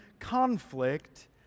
conflict